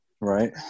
Right